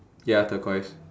ya turquoise